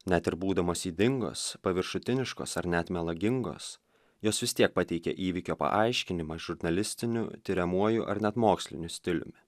net ir būdamos ydingos paviršutiniškos ar net melagingos jos vis tiek pateikia įvykio paaiškinimą žurnalistiniu tiriamuoju ar net moksliniu stiliumi